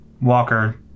Walker